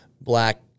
Black